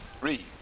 read